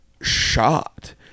shot